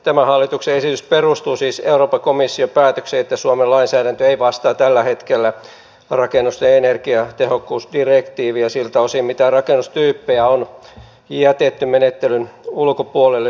tämä hallituksen esitys perustuu siis euroopan komission päätökseen että suomen lainsäädäntö ei vastaa tällä hetkellä rakennusten energiatehokkuusdirektiiviä siltä osin mitä rakennustyyppejä on jätetty menettelyn ulkopuolelle suomessa